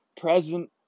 present